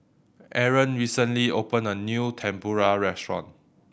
Arron recently opened a new Tempura restaurant